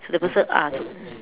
so that person ah